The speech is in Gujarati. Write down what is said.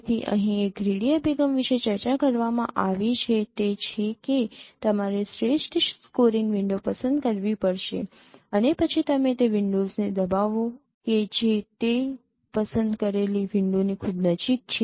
તેથી અહીં એક ગ્રીડી અભિગમ વિશે ચર્ચા કરવામાં આવી છે તે છે કે તમારે શ્રેષ્ઠ સ્કોરિંગ વિન્ડો પસંદ કરવી પડશે અને તે પછી તમે તે વિન્ડોઝને દબાવો કે જે તે પસંદ કરેલી વિન્ડોની ખૂબ નજીક છે